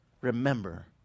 remember